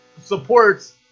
supports